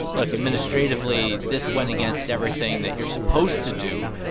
look administratively, this went against everything that you're supposed to do,